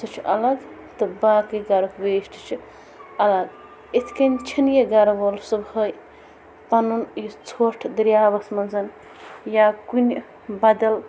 سُہ چھُ الگ تہٕ باقٕے گَرُکھ ویسٹ چھُ الگ یِتھ کٔنۍ چھنہٕ یہِ گَرٕ وول صُبحٲے پُنُن یُس ژھوٹ دریاوَس منٛز یا کُنہِ بدل